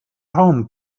home